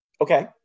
Okay